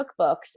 cookbooks